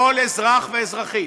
כל אזרח ואזרחית,